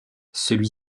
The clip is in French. celui